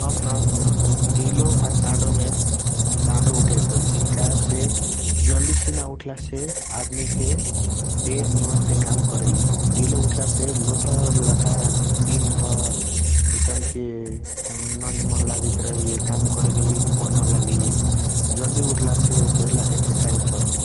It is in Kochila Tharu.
हम न ढिलो आ चाड़ो मे चाड़ो उठे के खोजईसी कहेसे जल्दी सीना उथला से आदमी के देह निमन से काम करैया । ढिलो उथला से लोथर लाख दिन भर आईसंके ननीमान लगाइट रहैया काम करे के वी मन न लागैया । जल्दी उथला से पहिला एक्सर्साइज़ करा